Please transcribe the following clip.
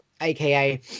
AKA